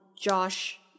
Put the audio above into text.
Josh